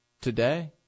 today